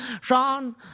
Sean